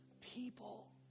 People